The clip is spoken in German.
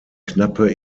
knappe